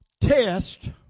test